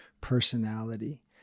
personality